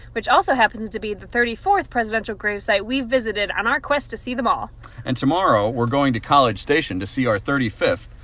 which also happens to be the thirty fourth presidential gravesite we've visited on our quest to see them all and tomorrow, we're going to college station to see our thirty fifth,